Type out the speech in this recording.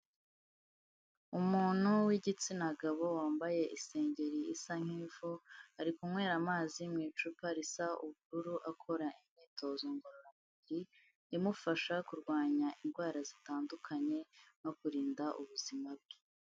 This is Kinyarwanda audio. Umuntu w'igitsina gabo wambaye isengeri isa nk'ivu, ari kunywera amazi mu icupa risa ubururu akora imyitozo ngororamubiri, imufasha kurwanya indwara zitandukanye, no kurinda ubuzima bwe.